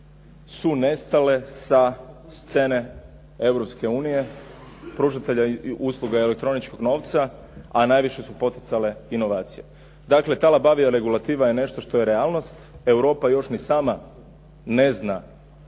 su nestale sa scene Europske unije, pružitelja usluga elektroničkog novca, a najviše su poticale inovacije. Dakle, ta labavija regulativa je nešto što je realnost. Europa još ni sama ne znam